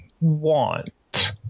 want